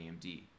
AMD